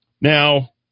Now